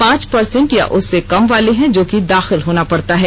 पांच पर्सेंट या उससे कम वाले हैं जो कि दाखिल होना पड़ता है